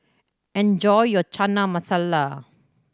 enjoy your Chana Masala